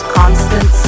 constant